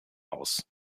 aus